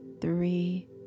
three